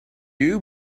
you